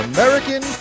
American